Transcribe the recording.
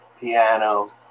piano